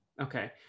Okay